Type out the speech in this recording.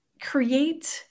create